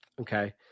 okay